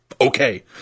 okay